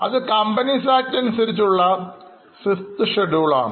അത് company ACT അനുസരിച്ചുള്ള VI th Schedule ളാണ്